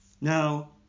Now